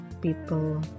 people